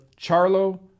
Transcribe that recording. Charlo